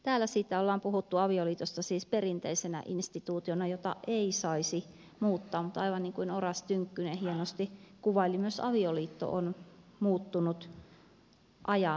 täällä avioliitosta on puhuttu perinteisenä instituutiona jota ei saisi muuttaa mutta aivan niin kuin oras tynkkynen hienosti kuvaili myös avioliitto on muuttunut ajan myötä